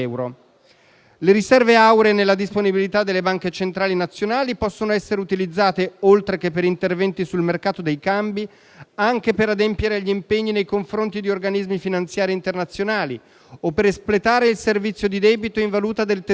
Le riserve auree nella disponibilità delle banche centrali nazionali possono essere utilizzate, oltre che per interventi sul mercato dei cambi, anche per adempiere agli impegni nei confronti di organismi finanziari internazionali o per espletare il servizio di debito in valuta del Tesoro.